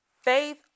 Faith